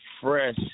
fresh